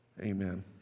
amen